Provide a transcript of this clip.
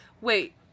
Wait